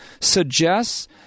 suggests